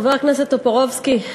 חבר הכנסת טופורובסקי,